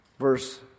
verse